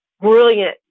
brilliant